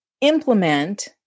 implement